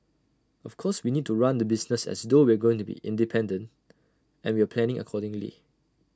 of course we need to run the business as though we're going to be independent and we're planning accordingly